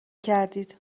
کردید